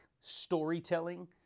storytelling